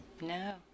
No